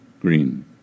Green